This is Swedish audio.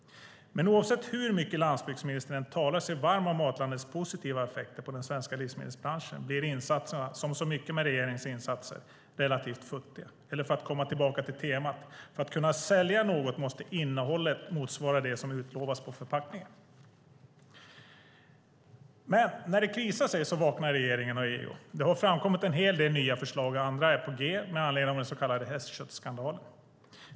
Men oavsett hur mycket landsbygdsministern talar sig varm för Matlandets positiva effekter på den svenska livsmedelsbranschen blir insatserna, som så mycket med regeringens insatser, relativt futtiga. Eller, för att komma tillbaka till temat: För att kunna sälja något måste innehållet motsvara det som utlovas på förpackningen. Men när det krisar vaknar regeringen och EU. Det har framkommit en hel del nya förslag, och andra är på g, med anledning av den så kallade hästköttsskandalen.